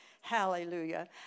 Hallelujah